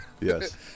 yes